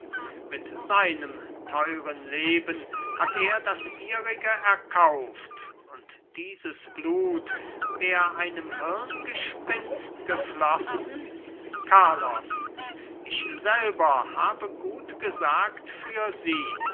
mit seinem teuern leben hat er das ihrige erkauft und dieses blut wär einem hirngespinst geflossen carlos ich selber habe gutgesagt für sie